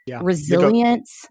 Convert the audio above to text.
resilience